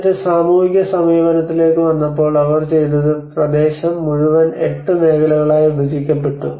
എന്നിട്ട് സാമൂഹിക സമീപനത്തിലേക്ക് വന്നപ്പോൾ അവർ ചെയ്തത് പ്രദേശം മുഴുവൻ എട്ട് മേഖലകളായി വിഭജിക്കപ്പെട്ടു